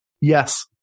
Yes